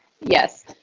Yes